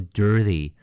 dirty